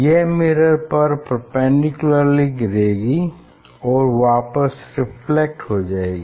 यह मिरर पर परपेंडिकुलरली गिरेगी और वापिस रिफ्लेक्ट हो जाएगी